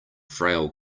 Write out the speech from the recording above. frail